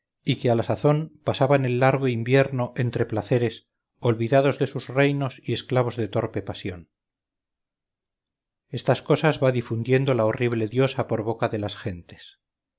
y que a la sazón pasaban el largo invierno entre placeres olvidados de sus reinos y esclavos de torpe pasión estas cosas va difundiendo la horrible diosa por boca de las gentes